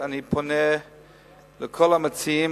אני פונה לכל המציעים,